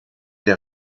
der